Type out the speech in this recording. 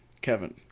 Kevin